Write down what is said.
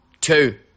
Two